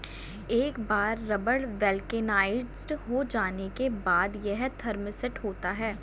एक बार rubber vulcanized हो जाने के बाद, यह थर्मोसेट होता है